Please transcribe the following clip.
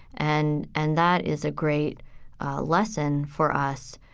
and and that is a great lesson for us,